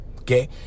okay